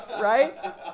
Right